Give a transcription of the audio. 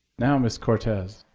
now miss cortez.